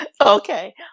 Okay